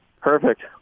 Perfect